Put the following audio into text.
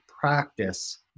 practice